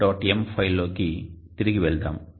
m ఫైల్లోకి తిరిగి వెళ్దాం